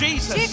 Jesus